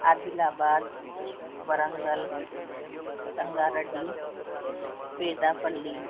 عادل آباد ورنگل سنگا رڈی پیٹا پلی